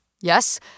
yes